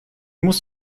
muss